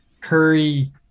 Curry